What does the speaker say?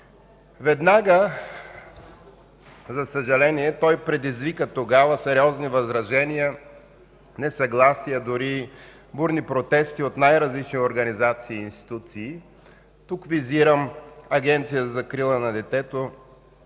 Веднага, за съжаление, той предизвика тогава сериозни възражения, дори несъгласие, бурни протести от най-различни организации и институции. Тук визирам Агенцията за закрила на детето,